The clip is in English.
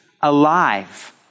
alive